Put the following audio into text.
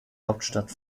hauptstadt